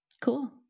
cool